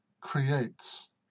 creates